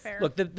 look